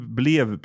blev